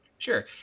Sure